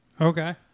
Okay